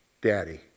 Daddy